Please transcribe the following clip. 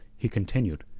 he continued,